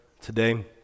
today